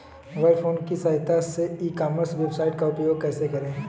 Mobile phone की सहायता से ई कॉमर्स वेबसाइट का उपयोग कैसे करें?